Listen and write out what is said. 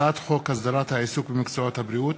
הצעת חוק הסדרת העיסוק במקצועות הבריאות